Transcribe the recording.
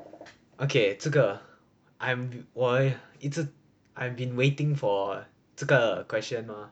okay 这个 I'm 我一直 I've been waiting for 这个 question lor